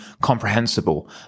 comprehensible